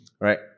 Right